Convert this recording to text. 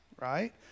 right